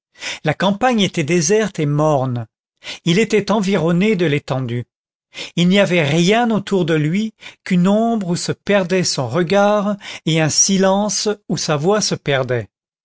la campagne était déserte et morne il était environné de l'étendue il n'y avait rien autour de lui qu'une ombre où se perdait son regard et un silence où sa voix se perdait